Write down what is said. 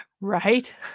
right